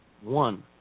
one